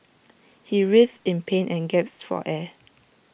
he writhed in pain and gasped for air